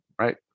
Right